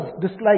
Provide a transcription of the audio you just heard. dislike